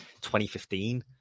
2015